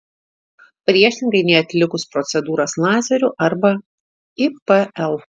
priešingai nei atlikus procedūras lazeriu arba ipl